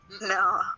No